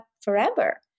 forever